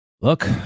look